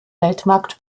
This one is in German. weltmarkt